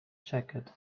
jacket